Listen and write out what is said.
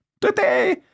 Today